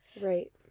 right